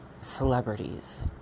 celebrities